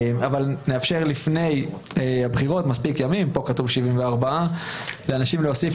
נאפשר לפני הבחירות מספיק ימים פה כתוב 74 ימים להוסיף